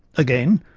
again,